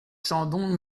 chandon